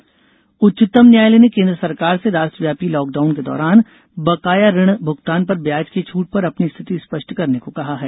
न्यायालय ब्याज उच्चतम न्यायालय ने केंद्र सरकार से राष्ट्रव्यापी लॉकडाउन के दौरान बकाया ऋण भुगतान पर ब्याज की छूट पर अपनी स्थिति स्पष्ट करने को कहा है